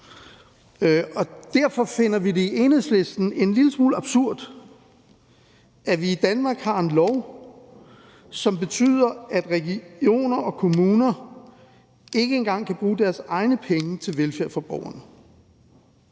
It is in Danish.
derfor finder vi det i Enhedslisten en lille smule absurd, at vi i Danmark har en lov, som betyder, at regioner og kommuner ikke engang kan bruge deres egne penge til velfærd for borgerne.